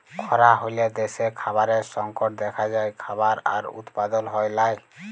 খরা হ্যলে দ্যাশে খাবারের সংকট দ্যাখা যায়, খাবার আর উৎপাদল হ্যয় লায়